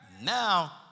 Now